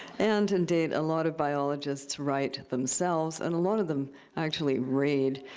and indeed, a lot of biologists write themselves, and a lot of them actually read.